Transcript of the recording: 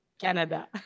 Canada